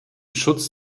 schutz